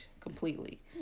completely